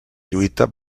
lluita